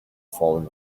falling